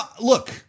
look